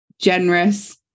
generous